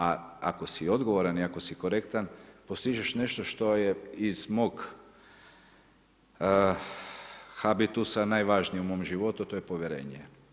A ako si odgovoran i ako si korektan, postižeš nešto što je iz mog habitusa najvažnije u mom životu a to je povjerenje.